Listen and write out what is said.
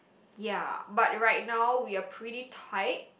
ya but right now we're pretty tight